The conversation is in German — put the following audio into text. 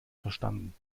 verstanden